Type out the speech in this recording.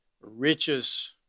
riches